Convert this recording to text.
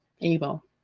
able